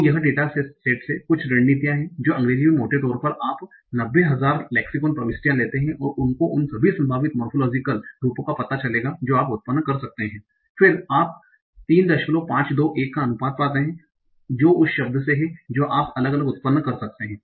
तो यह data set से कुछ रणनीतियाँ हैं कि अंग्रेजी में मोटे तौर पर आप 90000 लेक्सिकल lexical शाब्दिक प्रविष्टियाँ लेते हैं और आपको उन सभी संभावित मोरफोलोजीकल रूपों का पता चलेगा जो आप उत्पन्न कर सकते हैं फिर आप 3521 का अनुपात पाते हैं जो उस शब्द से है जो आप लगभग उत्पन्न कर सकते हैं